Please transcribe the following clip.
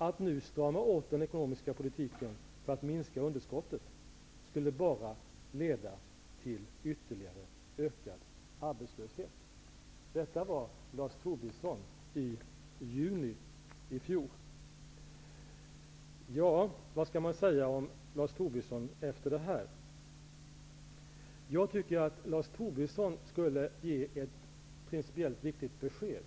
Att nu strama åt den ekonomiska politiken för att minska underskottet skulle bara leda till ytterligare ökad arbetslöshet.'' Detta var Lars Tobisson i juni i fjol. Vad skall man säga om Lars Tobisson efter detta? Jag tycker att Lars Tobisson skall ge ett principiellt riktigt besked